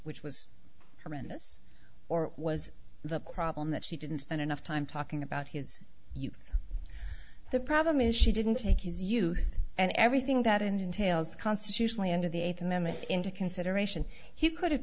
which was horrendous or was the problem that she didn't spend enough time talking about his youth the problem is she didn't take his youth and everything that entails constitutionally under the eighth amendment into consideration he could have